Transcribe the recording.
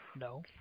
No